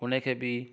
उनखे बि